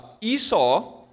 Esau